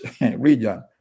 region